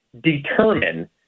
determine